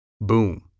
Boom